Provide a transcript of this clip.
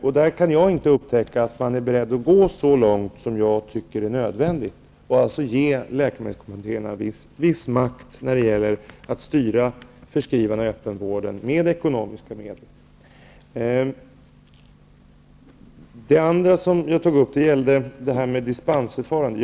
Jag kan inte upptäcka att man där är beredd att gå så långt som jag tycker är nödvändigt och ge läkemedelskommittéerna viss makt när det gäller att styra förskrivarna i öppenvården med ekonomiska medel. Det andra som jag tog upp gällde dispensförfarandet.